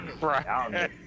Right